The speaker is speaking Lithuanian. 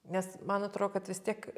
nes man atro kad vis tiek